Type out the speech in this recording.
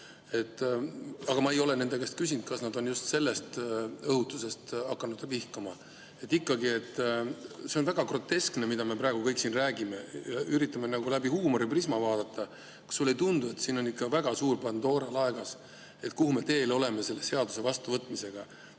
aga ma ei ole nende käest küsinud, kas nad on just selle õhutuse peale hakanud vihkama. See on ikkagi väga groteskne, mida me praegu siin räägime. Me üritame nagu läbi huumoriprisma seda vaadata. Kas sulle ei tundu, et siin on ikkagi väga suur Pandora laegas, mille poole me teel oleme selle seaduse vastuvõtmisega?